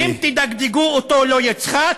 אם תדגדגו אותו, לא יצחק?